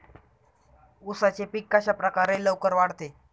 उसाचे पीक कशाप्रकारे लवकर वाढते?